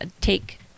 take